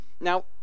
Now